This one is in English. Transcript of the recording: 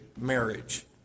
marriage